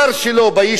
ביישוב שלו,